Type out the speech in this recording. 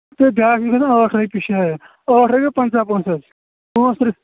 تہٕ بیاکھ چھ گَژھان ٲٹھ رۄپیہِ شاید ٲٹھ رۄپیہِ پَنٛژاہ پونٛسہٕ پانٛژ تٕرٛہ